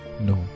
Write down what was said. no